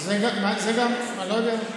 אני לא יודע.